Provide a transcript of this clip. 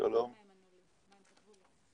או לייצר את המנגנון לדמי אבטלה,